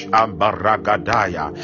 ambaragadaya